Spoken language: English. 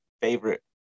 favorite